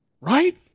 Right